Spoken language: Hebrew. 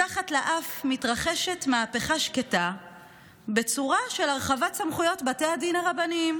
מתחת לאף מתרחשת מהפכה שקטה בצורה של הרחבת סמכויות בתי הדין הרבניים,